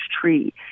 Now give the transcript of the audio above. tree